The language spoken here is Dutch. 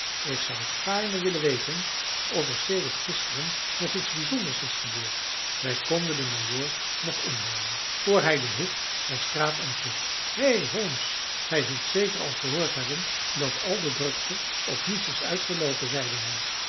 ik zou gaarne willen weten of er sedert gisteren nog iets bijzonders is gebeurd wij konden den majoor nog inhalen voor hij den hoek der straat omsloeg hé holmes gij zult zeker al gehoord hebben dat al de drukte op niets is uitgeloopen zeide hij